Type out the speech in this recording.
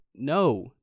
No